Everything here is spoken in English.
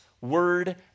word